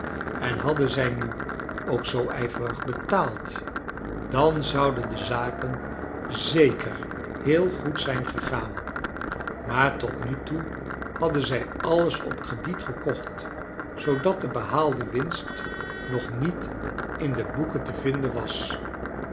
en hadden zij nu ook zoo ijverig betaald dan zouden de zaken zeker heel goed zijn gegaan maar tot nu toe hadden zij alles op crediet gekocht zoodat de behaalde winst nog niet in de boeken te vinden was